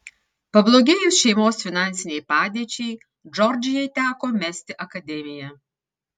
pablogėjus šeimos finansinei padėčiai džordžijai teko mesti akademiją